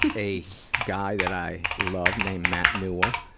a guy that i love named matt newell